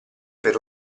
per